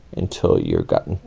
until you're gotten,